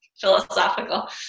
philosophical